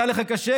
היה לך קשה,